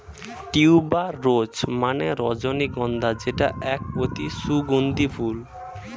tuber rose মানে রজনীগন্ধা যেটা এক অতি সুগন্ধি ফুল